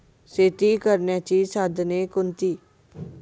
शेती करण्याची साधने कोणती?